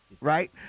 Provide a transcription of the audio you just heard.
Right